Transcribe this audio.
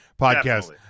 podcast